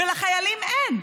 ולחיילים אין.